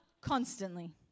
constantly